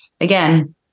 again